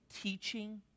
teaching